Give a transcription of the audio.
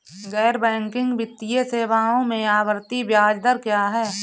गैर बैंकिंग वित्तीय सेवाओं में आवर्ती ब्याज दर क्या है?